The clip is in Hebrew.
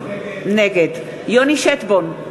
נגד יוני שטבון,